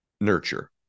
nurture